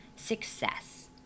success